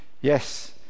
Yes